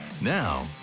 Now